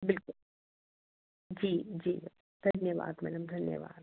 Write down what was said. बिल्कुल जी जी धन्यवाद मैडम धन्यवाद